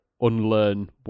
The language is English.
unlearn